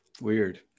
Weird